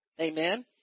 amen